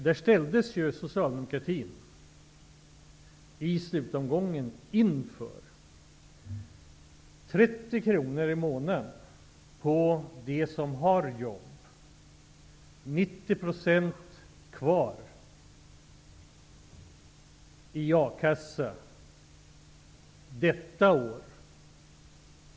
Där ställdes socialdemokratin i slutomgången inför denna summa om 30 kr i månaden för dem som har jobb, dvs. 90 % ersättning i a-kassan under detta år.